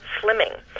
slimming